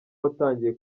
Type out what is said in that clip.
watangiye